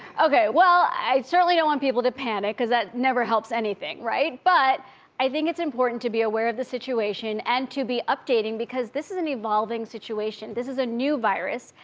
okay, well. i certainly don't want people to panic cause that never helps anything, right? but i think it's important to be aware of the situation and to be updating because this is an evolving situation. this is a new virus.